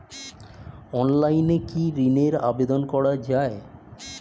অনলাইনে কি ঋণের আবেদন করা যায়?